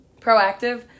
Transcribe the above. proactive